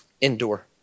endure